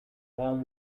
warm